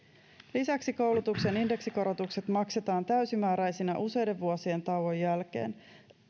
lisäksi koulutuksen indeksikorotukset maksetaan täysimääräisinä useiden vuosien tauon jälkeen